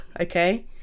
okay